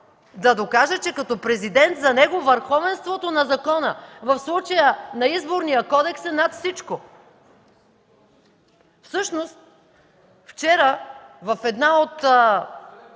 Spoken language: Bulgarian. да докаже, че като Президент за него върховенството на закона, в случая на Изборния кодекс, е над всичко. Всъщност вчера в една от